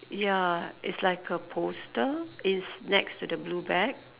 ya it's like a poster it's next to the blue bag